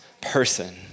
person